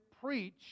preach